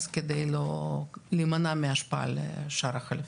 אז על מנת לא להימנע מהשפעה על שער החליפין.